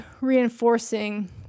reinforcing